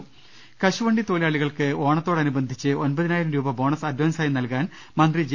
ള്ൾകും കശുവണ്ടി തൊഴിലാളികൾക്ക് ഓണത്തോടനുബന്ധിച്ച് ഒമ്പതിനായിരു രൂപ ബോണസ്സ് അഡാൻസായി നൽകാൻ മന്ത്രി ജെ